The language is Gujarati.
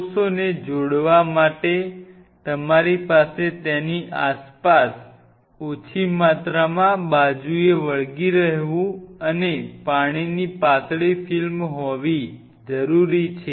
કોષોને જોડવા માટે તમારી પાસે તેની આસપાસ ઓછી માત્રામાં બાજુને વળગી રહેવું અને પાણીની પાતળી ફિલ્મ હોવી જરૂરી છે